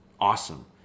awesome